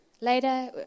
Later